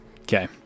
okay